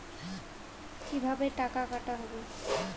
কিভাবে টাকা কাটা হবে?